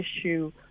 issue